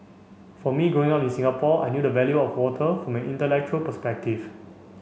for me growing up in Singapore I knew the value of water from an intellectual perspective